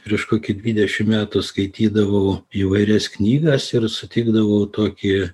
prieš kokį dvidešim metų skaitydavau įvairias knygas ir suteikdavau tokį